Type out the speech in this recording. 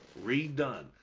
redone